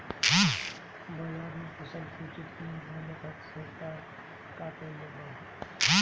बाजार में फसल के उचित कीमत मिले खातिर सरकार का कईले बाऽ?